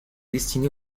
destiné